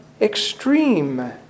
extreme